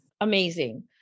Amazing